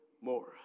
more